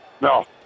No